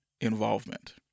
involvement